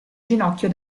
ginocchio